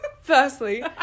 Firstly